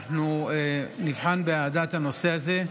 אנחנו נבחן באהדה את הנושא הזה,